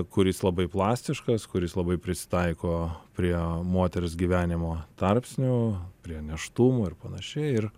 kuris labai plastiškas kuris labai prisitaiko prie moters gyvenimo tarpsnių prie nėštumų ir panašiai ir